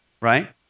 right